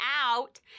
out